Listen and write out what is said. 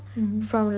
mmhmm